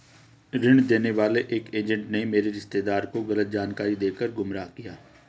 ऋण देने वाले एक एजेंट ने मेरे रिश्तेदार को गलत जानकारी देकर गुमराह किया